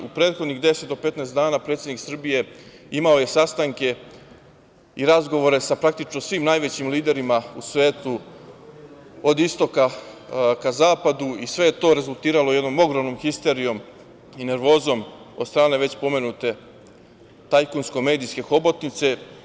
U prethodnih 10 do 15 dana predsednik Srbije imao je sastanke i razgovore sa praktično svim najvećim liderima u svetu, od istoka ka zapadu i sve je to rezultiralo jednom ogromnom histerijom i nervozom od strane već pomenute tajkunsko-medijske hobotnice.